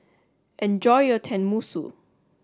enjoy your Tenmusu